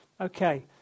Okay